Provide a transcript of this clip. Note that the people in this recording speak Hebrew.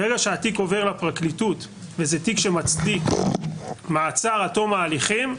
מרגע שהתיק עובר לפרקליטות וזה תיק שמצדיק מעצר עד תום ההליכים,